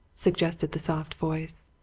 suggested the soft voice.